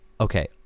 okay